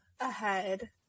ahead